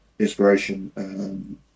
inspiration